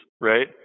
right